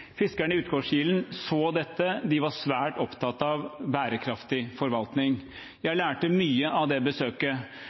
Fiskerne i Utgårdskilen så dette. De var svært opptatt av bærekraftig forvaltning. Jeg lærte mye av det besøket,